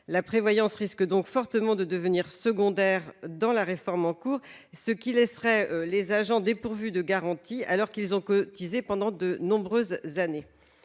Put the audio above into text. La prévoyance risque donc fortement de devenir secondaire dans la réforme en cours, ce qui laisserait les agents dépourvus de garanties, alors qu'ils ont cotisé pendant de nombreuses années.